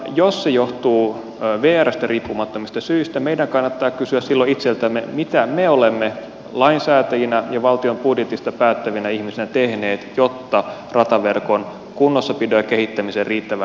jos se johtuu vrstä riippumattomista syistä meidän kannattaa kysyä silloin itseltämme mitä me olemme lainsäätäjinä ja valtion budjetista päättävinä ihmisinä tehneet jotta rataverkon kunnossapidon ja kehittämisen riittävä rahoitus turvataan